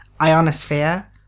ionosphere